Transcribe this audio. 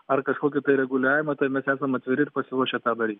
ar kažkokį tai reguliavimą tai mes esam atviri ir pasiruošę tą daryt